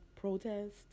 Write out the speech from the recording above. protest